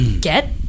get